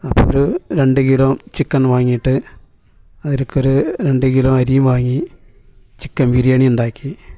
അപ്പോൾ ഒരു രണ്ട് കിലോ ചിക്കൻ വാങ്ങിയിട്ട് അതിലേക്ക് ഒരു രണ്ടു കിലോ അരിയും വാങ്ങി ചിക്കൻ ബിരിയാണി ഉണ്ടാക്കി